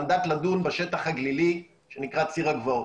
מנדט לדון בשטח הגלילי שנקרא ציר הגבעות.